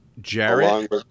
Jared